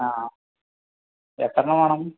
ആ എത്രെണ്ണം വേണം